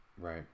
right